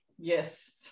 yes